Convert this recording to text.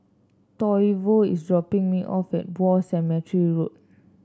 Toivo is dropping me off at War Cemetery Road